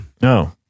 No